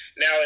Now